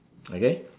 okay